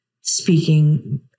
speaking